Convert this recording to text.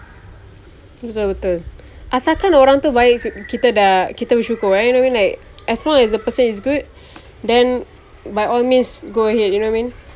betul betul asalkan orang tu baik kita dah kita bersyukur eh I mean like as long as the person is good then by all means go ahead you know